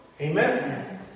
Amen